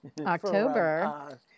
October